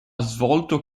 svolto